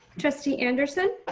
trustee anderson.